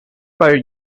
borrow